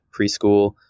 preschool